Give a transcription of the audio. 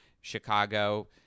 Chicago